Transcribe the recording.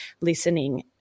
listening